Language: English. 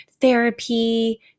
therapy